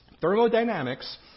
Thermodynamics